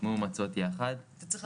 מי כמוני יודע,